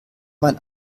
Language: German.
man